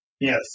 Yes